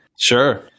Sure